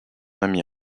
ami